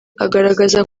agaragaza